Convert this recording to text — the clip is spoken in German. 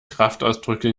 kraftausdrücke